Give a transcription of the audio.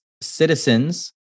citizens